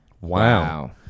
Wow